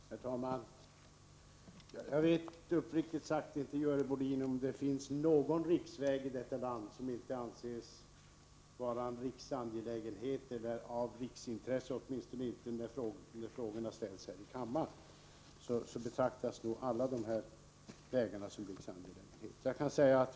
Herr talman! Jag vet uppriktigt sagt inte, Görel Bohlin, om det i vårt land finns någon riksväg som inte anses vara en riksangelägenhet eller av riksintresse. Åtminstone när det ställs frågor här i kammaren betraktas alla dessa vägar som riksangelägenheter.